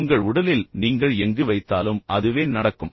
எனவே உங்கள் உடலில் நீங்கள் எங்கு வைத்தாலும் அதுவே நடக்கும்